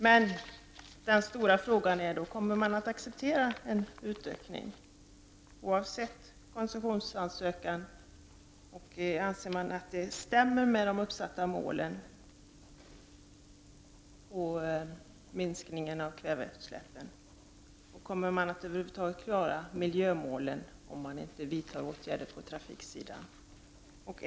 Men den stora frågan är om man kommer att acceptera en utökning och om man anser att det stämmer med de uppsatta målen om en minskning av kväveutsläppen. Kommer man över huvud taget att klara miljömålen om man inte vidtar åtgärder på trafiksidan?